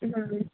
ਹੂੰ